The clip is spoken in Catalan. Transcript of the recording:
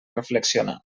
reflexionar